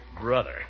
brother